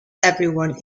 everyone